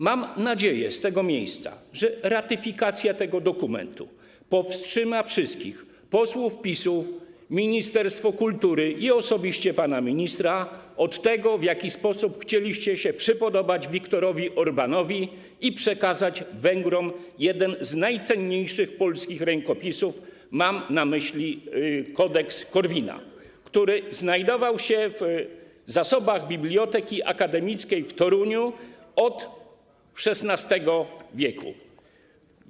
Mam nadzieję i wyrażam ją z tego miejsca, że ratyfikacja tego dokumentu powstrzyma wszystkich: posłów PiS-u, ministerstwo kultury i osobiście pana ministra od tego, co chcieliście zrobić, sposobu, w jaki chcieliście się przypodobać Viktorowi Orbánowi i przekazać Węgrom jeden z najcenniejszych polskich rękopisów - mam na myśli Kodeks Korwina, który znajdował się w zasobach Biblioteki Akademickiej w Toruniu od XVI w.